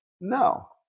No